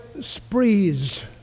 sprees